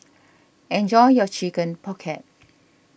enjoy your Chicken Pocket